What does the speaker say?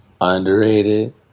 Underrated